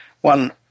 One